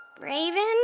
Raven